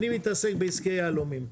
אני מתעסק בעסקי יהלומים.